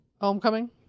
Homecoming